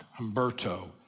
Humberto